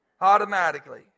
Automatically